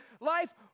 life